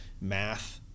math